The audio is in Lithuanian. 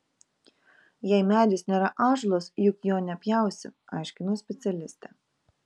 jei medis nėra ąžuolas juk jo nepjausi aiškino specialistė